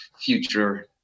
future